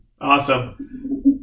awesome